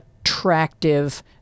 attractive